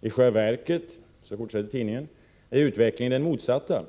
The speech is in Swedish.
I själva verket är utvecklingen den motsatta.